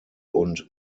und